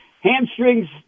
hamstrings